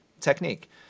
technique